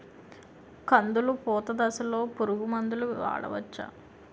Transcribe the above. కందులు పూత దశలో పురుగు మందులు వాడవచ్చా?